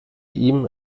ihm